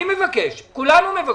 אני מבקש, כולנו מבקשים.